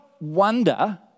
wonder